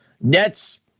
Nets